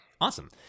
Awesome